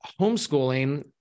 homeschooling